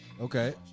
Okay